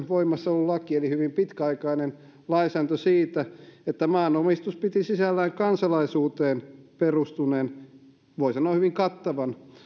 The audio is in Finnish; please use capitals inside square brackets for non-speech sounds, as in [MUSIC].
[UNINTELLIGIBLE] voimassa ollut laki eli hyvin pitkäaikainen lainsäädäntö siitä että maanomistus piti sisällään kansalaisuuteen perustuneen voi sanoa hyvin kattavan